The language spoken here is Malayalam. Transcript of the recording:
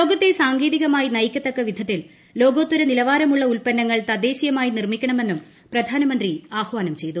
ലോകത്തെ സാങ്കേതികമായി നയിക്കത്തക്ക വിധത്തിൽ ലോകോത്തര നിലവാരമുള്ള ഉത്പന്നങ്ങൾ തദ്ദേശീയമായി നിർമിക്കണമെന്നും പ്രധാനമന്ത്രി ആഹ്വാനം ചെയ്തു